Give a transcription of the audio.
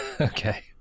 okay